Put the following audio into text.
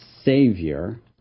savior